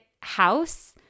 house